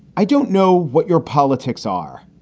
i don't know what your politics are.